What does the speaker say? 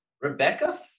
Rebecca